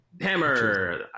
Hammer